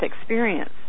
experience